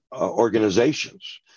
Organizations